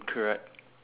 correct